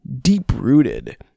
deep-rooted